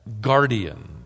guardian